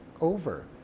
over